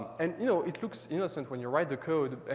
and, you know, it looks innocent when you write the code.